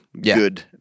good